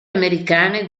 americane